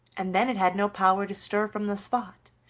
and then it had no power to stir from the spot,